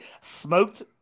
smoked